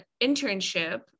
internship